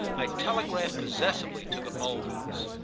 i telegraphed possessively to the mulvilles.